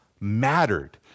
mattered